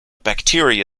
bacteria